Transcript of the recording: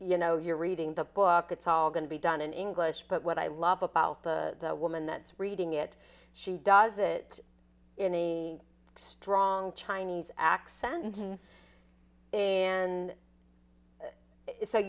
you know you're reading the book it's all going to be done in english but what i love about the woman that's reading it she does it in any strong chinese accent and